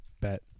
bet